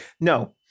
no